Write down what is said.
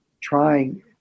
trying